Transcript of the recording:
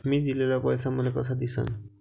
मी दिलेला पैसा मले कसा दिसन?